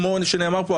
כמו שנאמר פה,